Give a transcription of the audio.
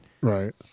right